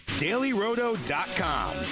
DailyRoto.com